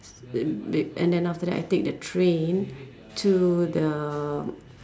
and d~ and then after that I take the train to the